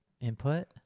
input